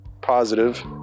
positive